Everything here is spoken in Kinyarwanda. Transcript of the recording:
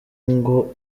ngo